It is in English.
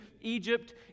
Egypt